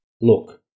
Look